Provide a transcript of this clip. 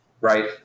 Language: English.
right